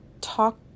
talk